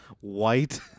white